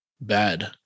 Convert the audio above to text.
bad